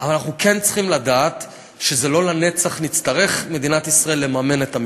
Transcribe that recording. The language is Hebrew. אבל אנחנו כן צריכים לדעת שלא לנצח תצטרך מדינת ישראל לממן את המפעל.